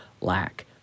lack